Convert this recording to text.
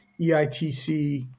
EITC